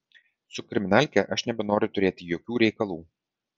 su kriminalke aš nebenoriu turėti jokių reikalų